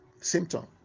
symptom